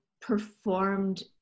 performed